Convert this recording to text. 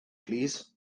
plîs